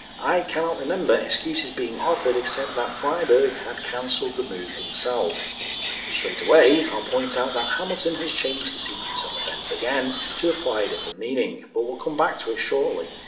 i cannot remember excuses being offered except that freyberg had cancelled the move himself straight away i'll point out that hamilton has changed the sequence of events again to imply a different meaning, but we'll come back to it shortly.